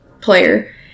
player